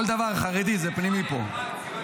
כל דבר חרדי זה פנימי פה.